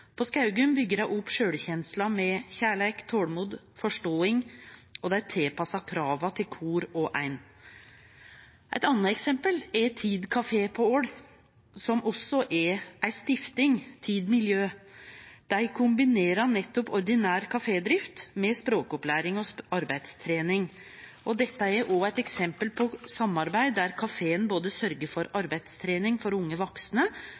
På Skaugum byggjer dei opp sjølvkjensla med kjærleik, tolmod og forståing, og dei tilpassar krava til kvar og ein. Eit anna eksempel er TID kafé på Ål, som også er ei stifting. Dei kombinerer ordinær kafédrift med språkopplæring og arbeidstrening. Dette er også eit eksempel på samarbeid der kaféen både sørgjer for arbeidstrening for unge vaksne